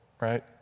right